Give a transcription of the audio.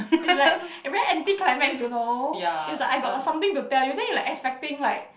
it's like very anti climax you know it's like I got a something to tell you then you like expecting like